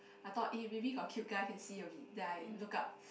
I thought eh maybe got cute guy can see a bit look up